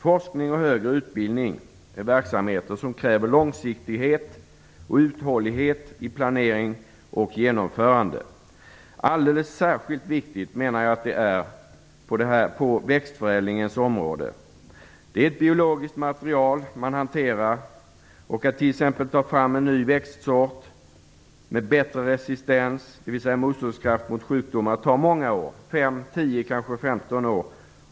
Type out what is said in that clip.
Forskning och högre utbildning är verksamheter som kräver långsiktighet och uthållighet i planering och genomförande. Alldeles särskilt viktigt är det på växtförädlingens område. Det är ett biologiskt material som man hanterar. Att t.ex. ta fram en ny växtsort med bättre resistens - dvs. motståndskraft mot sjukdomar - tar många år, fem tio kanske femton år.